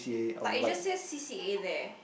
but it just says C_C_A there